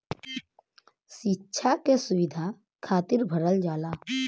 सिक्षा के सुविधा खातिर भरल जाला